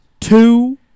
Two